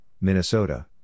Minnesota